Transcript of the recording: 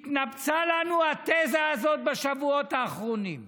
התנפצה לנו התזה הזאת בשבועות האחרונים,